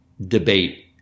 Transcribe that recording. debate